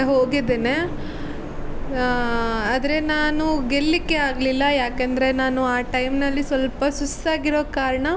ಹೋಗಿದ್ದೇನೆ ಆದರೆ ನಾನು ಗೆಲ್ಲಲ್ಲಿಕ್ಕೆ ಆಗಲಿಲ್ಲ ಯಾಕೆಂದರೆ ನಾನು ಆ ಟೈಮ್ನಲ್ಲಿ ಸ್ವಲ್ಪ ಸುಸ್ತಾಗಿರೋ ಕಾರಣ